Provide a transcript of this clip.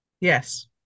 Yes